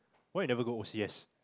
why you never go O_C_S